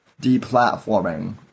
deplatforming